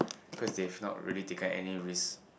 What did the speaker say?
cause they have not really taken any risk